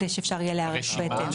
כדי שיהיה אפשר להיערך בהתאם.